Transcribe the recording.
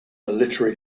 literary